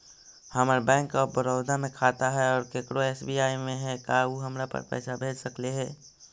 हमर bank of Baroda में खाता है और केकरो एस.बी.आई में है का उ हमरा पर पैसा भेज सकले हे?